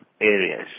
areas